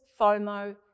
FOMO